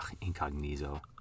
incognito